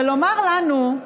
ולומר לנו,